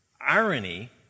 Irony